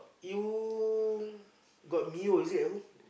you got mio is it at home